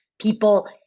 people